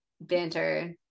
banter